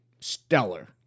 stellar